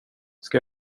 ska